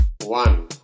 one